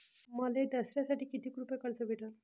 मले दसऱ्यासाठी कितीक रुपये कर्ज भेटन?